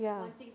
ya